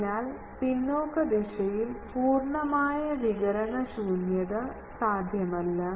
അതിനാൽ പിന്നോക്ക ദിശയിൽ പൂർണ്ണമായ വികിരണ ശൂന്യത സാധ്യമല്ല